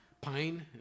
Pine